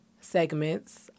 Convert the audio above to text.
segments